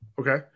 Okay